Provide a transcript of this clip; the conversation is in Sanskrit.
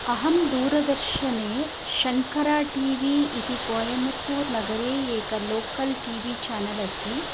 अहं दूरदर्शने शङ्करा टी वी इति कोयमत्तूर्नगरे एक लोकल् टि वि चानेल् अस्ति